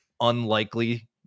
unlikely